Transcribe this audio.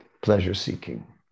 pleasure-seeking